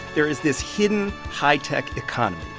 there is this hidden, high-tech economy,